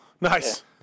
Nice